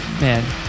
Man